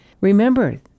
Remember